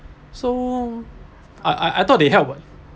some I I I thought they helped what